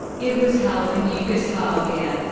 it was held in yugoslavia,